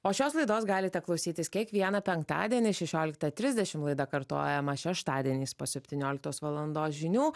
o šios laidos galite klausytis kiekvieną penktadienį šešioliktą trisdešimt laida kartojama šeštadieniais po septynioliktos valandos žinių